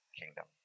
kingdom